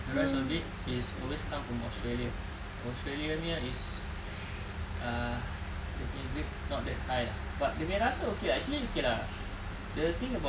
the rest of it is always comes from australia australia punya is uh dia punya grade not that high lah but dia punya rasa okay lah actually okay lah the thing about